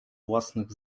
własnych